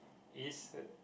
is